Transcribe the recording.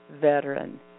veteran